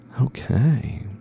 okay